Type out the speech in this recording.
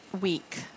week